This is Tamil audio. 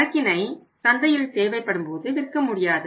சரக்கினை சந்தையில் தேவைப்படும்போது விற்க முடியாது